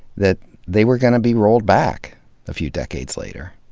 that they were gonna be rolled back a few decades later.